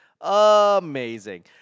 Amazing